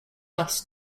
less